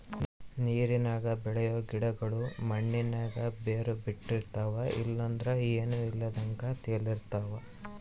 ನೀರಿನಾಗ ಬೆಳಿಯೋ ಗಿಡುಗುಳು ಮಣ್ಣಿನಾಗ ಬೇರು ಬುಟ್ಟಿರ್ತವ ಇಲ್ಲಂದ್ರ ಏನೂ ಇಲ್ದಂಗ ತೇಲುತಿರ್ತವ